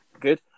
Good